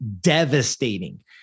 Devastating